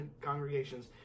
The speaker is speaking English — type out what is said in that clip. congregations